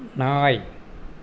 நாய்